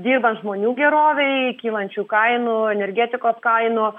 dirbant žmonių gerovei kylančių kainų energetikos kainų